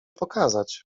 pokazać